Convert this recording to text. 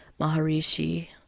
maharishi